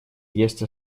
есть